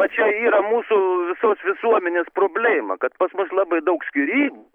va čia yra mūsų visos visuomenės problema kad pas mus labai daug skyrybų